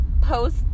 post